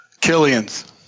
Killian's